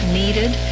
needed